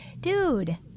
Dude